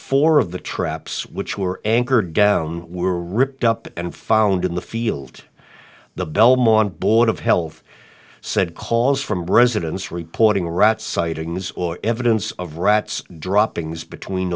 of the traps which were anchored down were ripped up and found in the field the belmont board of health said calls from residents reporting rats sightings or evidence of rats droppings between